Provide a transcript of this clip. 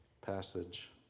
passage